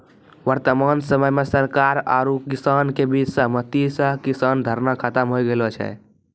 वर्तमान समय मॅ सरकार आरो किसान के बीच सहमति स किसान धरना खत्म होय गेलो छै